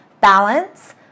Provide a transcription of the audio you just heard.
balance